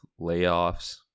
layoffs